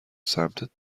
سمتت